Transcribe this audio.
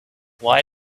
why